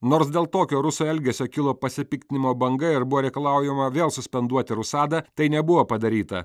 nors dėl tokio rusų elgesio kilo pasipiktinimo banga ir buvo reikalaujama vėl suspenduoti rusadą tai nebuvo padaryta